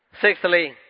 Sixthly